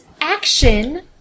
action